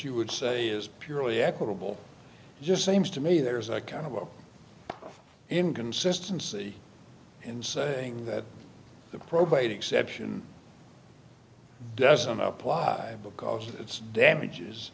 you would say is purely equitable just seems to me there's a kind of inconsistency in saying that the probate exception doesn't apply because it's damages